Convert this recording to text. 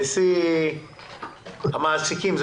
נשיא המעסיקים.